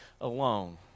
alone